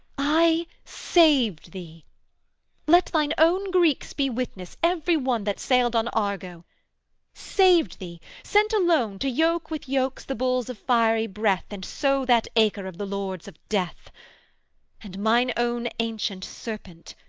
i saved thee let thine own greeks be witness, every one that sailed on argo saved thee, sent alone to yoke with yokes the bulls of fiery breath, and sow that acre of the lords of death and mine own ancient serpent,